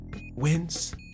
wins